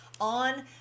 on